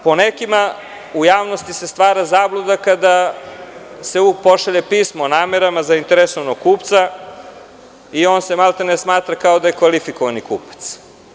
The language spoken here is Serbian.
Po nekima u javnosti se stvara zabluda kada se pošalje pismo o namerama zainteresovanog kupca i on se maltene smatra kao da je kvalifikovani kupac.